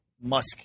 Musk